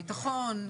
הביטחון,